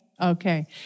Okay